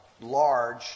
large